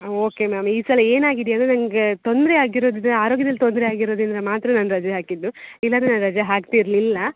okay ma'am ಈ ಸಲ ಏನಾಗಿದೆ ಅಂದರೆ ನನಗೆ ತೊಂದರೆ ಆಗಿರೋದಿದೆ ಆರೋಗ್ಯದಲ್ಲಿ ತೊಂದರೆ ಆಗಿರೋದ್ರಿಂದ ಮಾತ್ರ ನಾನು ರಜೆ ಹಾಕಿದ್ದು ಇಲ್ಲಾಂದರೆ ನಾನು ರಜೆ ಹಾಕ್ತಿರಲಿಲ್ಲ